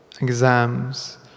Exams